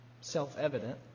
self-evident